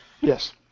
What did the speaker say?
Yes